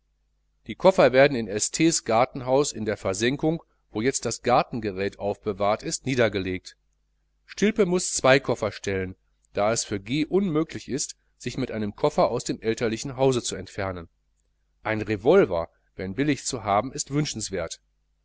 die koffer werden in st s gartenhaus in der versenkung wo jetzt das gartengerät aufbewahrt ist niedergelegt stilpe muß zwei koffer stellen da es für g unmöglich ist sich mit einem koffer aus dem elterlichen hause zu entfernen ein revolver wenn billig zu haben ist wünschenswert